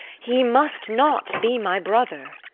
he must not be my brother.